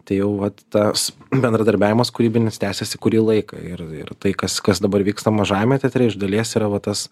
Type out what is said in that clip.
tai jau vat tas bendradarbiavimas kūrybinis tęsiasi kurį laiką ir ir tai kas kas dabar vyksta mažajame teatre iš dalies yra va tas